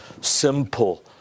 simple